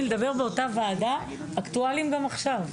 לדבר באותה וועדה אקטואליים גם עכשיו,